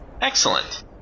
excellent